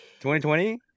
2020